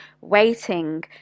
waiting